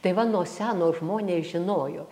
tai va nuo seno žmonės žinojo